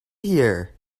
here